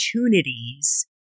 opportunities